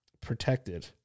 protected